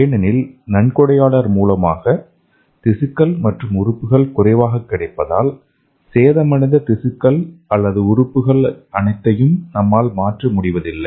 ஏனெனில் நன்கொடையாளர் மூலமாக திசுக்கள் மற்றும் உறுப்புகள் குறைவாகக் கிடைப்பதால் சேதமடைந்த திசுக்கள் அல்லது உறுப்புகளை அனைத்தையும் நம்மால் மாற்ற முடிவதில்லை